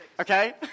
Okay